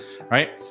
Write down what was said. right